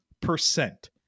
percent